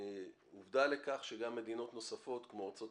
עובדה לכך שגם מדינות נוספות כמו ארצות